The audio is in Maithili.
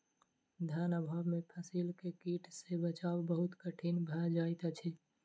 धन अभाव में फसील के कीट सॅ बचाव बहुत कठिन भअ जाइत अछि